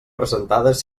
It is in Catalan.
presentades